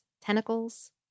tentacles